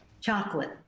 Chocolate